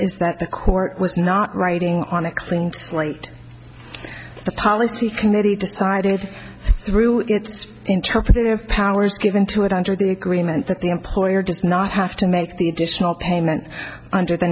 is that the court was not writing on a clean slate the policy committee decided through its interpretive powers given to it under the agreement that the employer does not have to make the additional payment under the